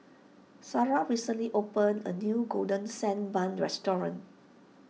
Sara recently opened a new Golden Sand Bun restaurant